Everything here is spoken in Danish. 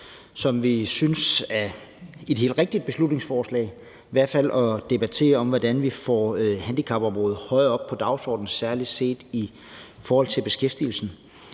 og vi synes i hvert fald, at det er rigtigt at debattere, hvordan vi får handicapområdet højere op på dagsordenen, særlig set i forhold til beskæftigelsen.